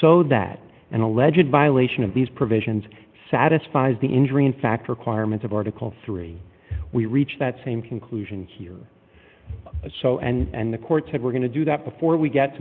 so that an alleged violation of these provisions satisfies the injury in fact requirements of article three we reach that same conclusion here and so and the court said we're going to do that before we get to